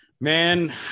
man